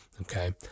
Okay